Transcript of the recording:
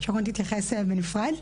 שאליו שרון תתייחס בנפרד.